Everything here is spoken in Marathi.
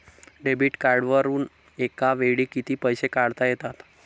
डेबिट कार्डवरुन एका वेळी किती पैसे काढता येतात?